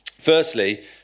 Firstly